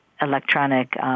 electronic –